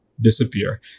disappear